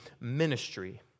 ministry